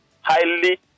highly